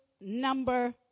number